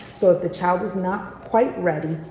so if the child is not quite ready,